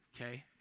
Okay